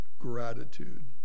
Gratitude